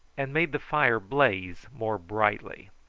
and made the fire blaze more brightly.